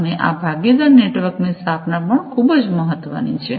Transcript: અને આ ભાગીદાર નેટવર્ક ની સ્થાપના પણ ખૂબ જ મહત્વની છે